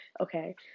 okay